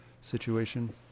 situation